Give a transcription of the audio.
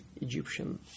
Egyptian